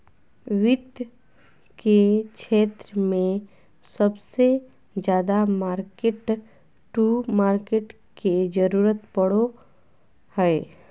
वित्त के क्षेत्र मे सबसे ज्यादा मार्किट टू मार्केट के जरूरत पड़ो हय